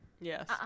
Yes